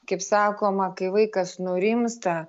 kaip sakoma kai vaikas nurimsta